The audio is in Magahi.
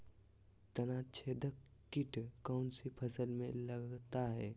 तनाछेदक किट कौन सी फसल में लगता है?